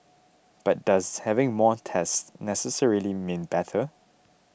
but does having more tests necessarily mean better